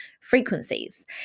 frequencies